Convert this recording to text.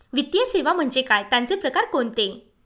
वित्तीय सेवा म्हणजे काय? त्यांचे प्रकार कोणते?